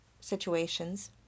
situations